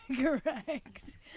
Correct